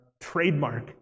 trademark